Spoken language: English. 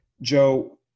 Joe